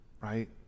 right